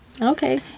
Okay